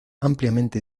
ampliamente